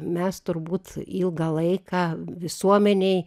mes turbūt ilgą laiką visuomenėj